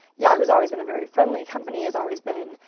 yahoo's always been a very friendly company, has always been,